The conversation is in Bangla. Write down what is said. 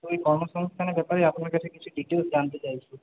ওই কর্মসংস্থানের ব্যাপারেই আপনার কাছে কিছু ডিটেলস জানতে চাইছি